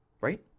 Right